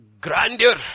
grandeur